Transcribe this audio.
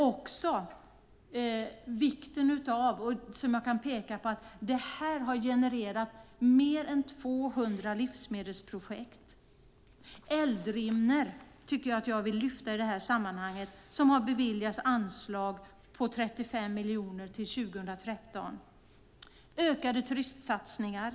Det här har genererat mer än 200 livsmedelsprojekt. Eldrimner vill jag lyfta fram i sammanhanget, som har beviljats anslag om 35 miljoner fram till 2013. Det handlar om ökade turistsatsningar.